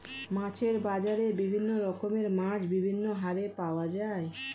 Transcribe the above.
মাছের বাজারে বিভিন্ন রকমের মাছ বিভিন্ন হারে পাওয়া যায়